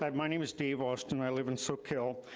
um my name is dave austin. i live in socal,